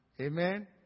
Amen